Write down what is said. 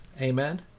Amen